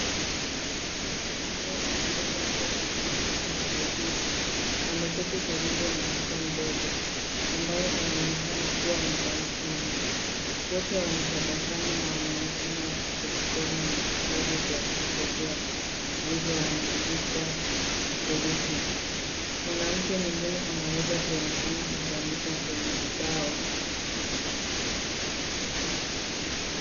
Mwanamke ambaye anaweza kuwa mwalimu au msaidizi, ameketi karibu na mtoto mdogo ambaye anaonekana kuwa na down syndrome . Wote wanatabasamu na wanaonekana wakishirikiana na vitalu vya kuchezea; vilivyoandikwa herufi. Mwanamke mwingine anaweza kuonekana akiandika kwenye ubao.